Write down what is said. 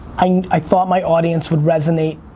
i thought my audience would resonate